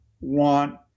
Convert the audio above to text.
want